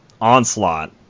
Onslaught